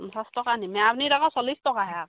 পঞ্চাছ টকা নি মেৰাপানীত আকৌ চল্লিছ টকাহে আৰু